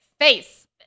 Face